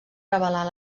revelar